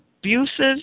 abusive